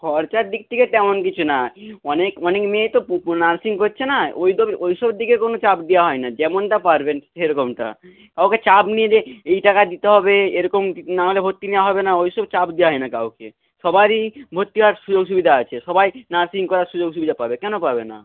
খরচার দিক থেকে তেমন কিছু না অনেক অনেক মেয়ে তো নার্সিং করছে নয় ওই তোর ওইসব দিকে কোনও চাপ দেওয়া হয় না যেমনটা পারবেন সেরকমটা কাউকে চাপ নেই যে এই টাকা দিতে হবে এরকম নাহলে ভর্তি নেওয়া হবে না ওইসব চাপ দেওয়া হয় না কাউকে সবারই ভর্তি হওয়ার সুযোগ সুবিধা আছে সবাই নার্সিং করার সুযোগ সুবিধা পাবে কেন পাবে না